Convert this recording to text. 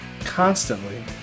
constantly